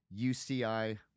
UCI